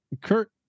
Kurt